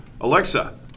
Alexa